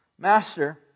Master